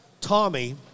Tommy